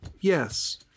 Yes